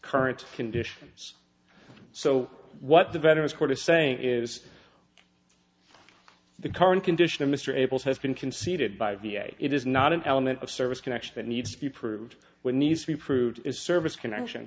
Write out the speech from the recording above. current conditions so what the veterans court is saying is the current condition of mr able to have been conceded by v a it is not an element of service connection that needs to be proved we need to be proved his service connection